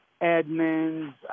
Edmonds